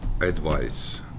advice